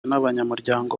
n’abanyamuryango